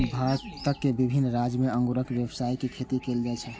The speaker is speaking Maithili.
भारतक विभिन्न राज्य मे अंगूरक व्यावसायिक खेती कैल जाइ छै